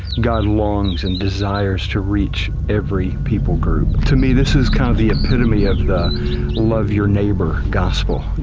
god longs and desires to reach every people group. to me, this is kind of the epitome of the love your neighor gospel.